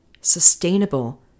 sustainable